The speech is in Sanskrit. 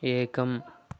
एकम्